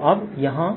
तो अब यहां